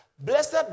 Blessed